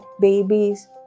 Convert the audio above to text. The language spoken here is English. babies